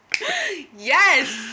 Yes